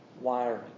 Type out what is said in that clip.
wiring